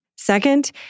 Second